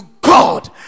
God